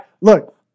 look